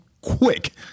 quick